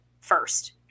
first